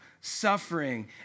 suffering